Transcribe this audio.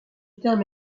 terme